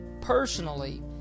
personally